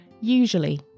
usually